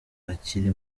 akiri